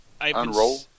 unroll